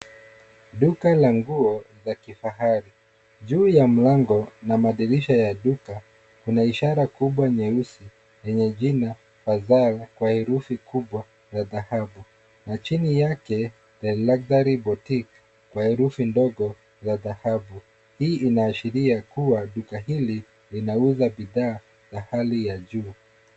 Duka la nguo za kifahari. Juu ya mlango na madirisha ya duka kuna ishara kubwa nyeusi lenye jina fazala kwa herufi kubwa za dhahabu na chini yake The Luxury Boutique kwa herufi ndogo za dhahabu. Hii inaashiria kuwa duka hili linauza bidaa za hali ya juu.